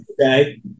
Okay